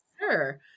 Sure